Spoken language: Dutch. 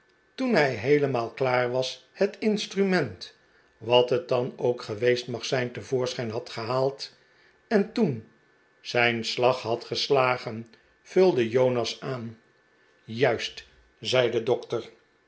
toen hij heelemaal klaar was net instrument wat net dan ook geweest mag zijn te voorschijn had gehaald en toen zijn slag had geslagen vulde jonas aan juist zei de dokter